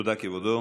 תודה, כבודו.